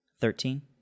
Thirteen